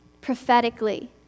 prophetically